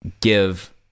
give